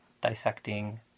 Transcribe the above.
dissecting